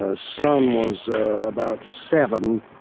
ah son was about seven,